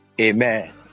Amen